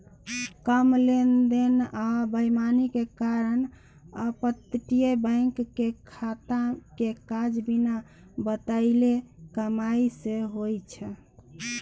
कम लेन देन आ बेईमानी के कारण अपतटीय बैंक के खाता के काज बिना बताएल कमाई सँ होइ छै